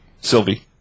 Sylvie